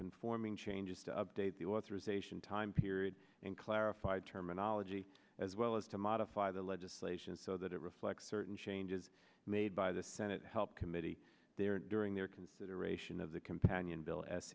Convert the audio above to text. conforming changes to update the authorization time period and clarified terminology as well as to modify the legislation so that it reflects certain changes made by the senate health committee there during their consideration of the companion bill